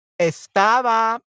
estaba